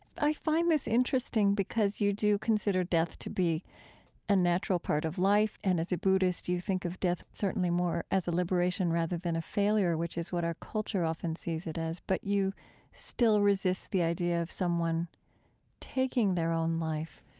i find this interesting, because you do consider death to be a natural part of life, and, as a buddhist, you think of death certainly more as a liberation rather than a failure, which is what our culture often sees it as. but you still resist the idea of someone taking their own life?